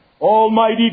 Almighty